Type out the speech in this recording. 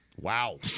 Wow